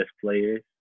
players